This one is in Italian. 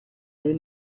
dai